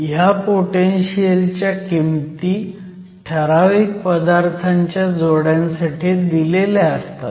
ह्या पोटेनशीयल च्या किमती ठराविक पदार्थांच्या जोड्यांसाठी दिलेली असतात